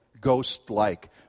ghost-like